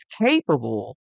capable